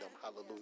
Hallelujah